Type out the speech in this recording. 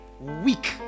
Weak